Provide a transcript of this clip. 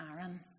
Aaron